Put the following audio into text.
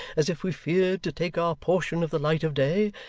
as if we feared to take our portion of the light of day,